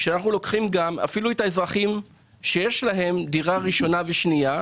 אפילו אזרחים שיש להם דירה ראשונה ושנייה,